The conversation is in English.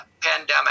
pandemic